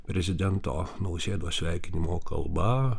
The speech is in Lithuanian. prezidento nausėdos sveikinimo kalba